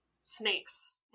snakes